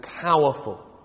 powerful